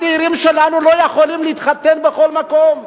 הצעירים שלנו לא יכולים להתחתן בכל מקום.